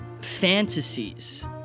fantasies